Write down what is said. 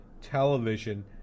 television